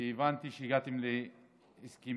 והבנתי שהגעתם להסכמים.